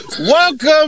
welcome